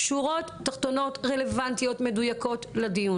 שורות תחתונות רלוונטיות לדיון.